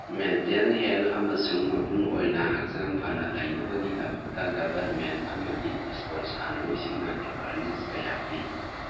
maintain health ꯑꯃꯁꯨꯡ ꯃꯄꯨꯡ ꯑꯣꯏꯅ ꯍꯛꯆꯥꯡ ꯐꯅ ꯂꯩꯅꯕꯒꯤꯗꯃꯛꯇ ꯒꯚꯔꯟꯃꯦꯟ ꯑꯃꯗꯤ ꯁ꯭ꯄꯣꯔꯠ ꯁꯥꯟꯅꯔꯣꯏꯁꯤꯡꯅ ꯑꯦꯋꯥꯔꯅꯦꯁ ꯀꯌꯥ ꯄꯤ